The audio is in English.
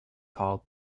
called